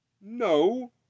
No